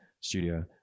Studio